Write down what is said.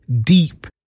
deep